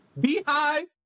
Beehive